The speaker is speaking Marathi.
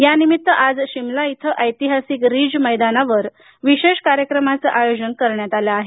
यानिमित्त आज शिमला इथं ऐतिहासिक रिज मैदानावर विशेष कार्यक्रमाचं आयोजन करण्यात आलं आहे